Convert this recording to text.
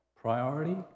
Priority